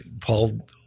Paul